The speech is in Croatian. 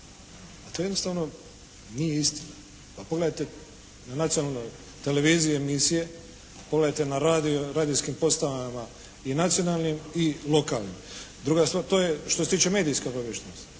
to jednostavno nije istina. Pa pogledajte na nacionalnoj televiziji emisije, pogledajte na radijskim postajama i nacionalnim i lokalnim. To je što se tiče medijske obaviještenosti.